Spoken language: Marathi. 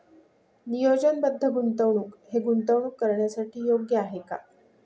नियोजनबद्ध गुंतवणूक हे गुंतवणूक करण्यासाठी योग्य आहे का?